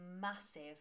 massive